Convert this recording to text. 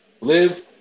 Live